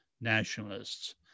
nationalists